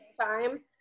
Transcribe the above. time